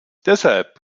deshalb